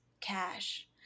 cash